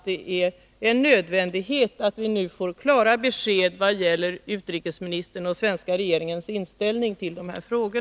Det är en nödvändighet att vi nu får klara besked om utrikesministerns och den svenska regeringens inställning till dessa frågor.